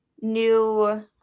new